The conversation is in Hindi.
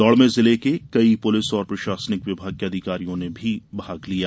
दौड़ में जिले के कई पुलिस और प्रशासनिक विभाग के अधिकारियो ने भी भाग लिया